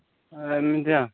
ଆଉ ଏମିତି ଆଉ